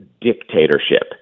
dictatorship